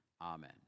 Amen